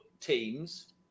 teams